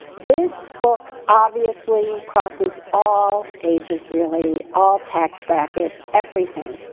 this book obviously crosses all ages really. all tax brackets, everything.